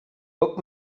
book